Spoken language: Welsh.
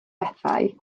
bethau